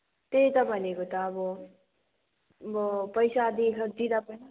त्यही त भनेको त अब अब पैसा दिँ दिँदा पनि